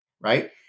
right